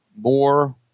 more